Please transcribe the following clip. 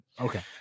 Okay